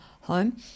home